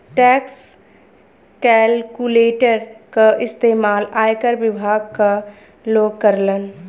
tax calculator क इस्तेमाल आयकर विभाग क लोग करलन